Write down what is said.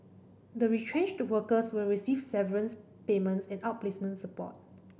the retrenched workers will receive severance payments and outplacement support